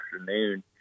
afternoon